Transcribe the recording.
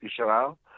Israel